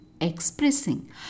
expressing